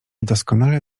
doskonale